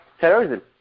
terrorism